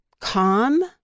calm